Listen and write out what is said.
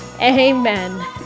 amen